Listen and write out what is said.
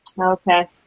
Okay